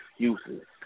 excuses